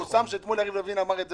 פורסם שאתמול יריב לוין אמר את זה